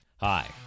Hi